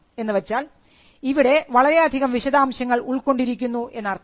എന്ന് വെച്ചാൽ ഇവിടെ വളരെ അധികം വിശദാംശങ്ങൾ ഉൾക്കൊണ്ടിരിക്കുന്നു എന്നർത്ഥം